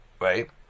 Right